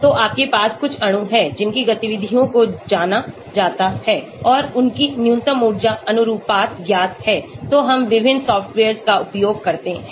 तो आपके पास कुछ अणु हैं जिनकी गतिविधियों को जाना जाता है और उनकी न्यूनतम ऊर्जा अनुरूपता ज्ञात है तो हम विभिन्न सॉफ्टवेयर्स का उपयोग करते हैं